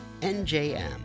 NJM